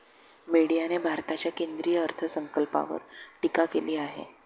मीडियाने भारताच्या केंद्रीय अर्थसंकल्पावर टीका केली आहे